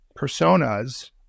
personas